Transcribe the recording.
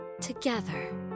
together